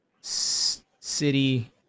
City